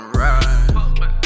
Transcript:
ride